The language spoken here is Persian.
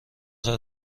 خیر